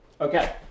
Okay